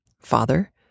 Father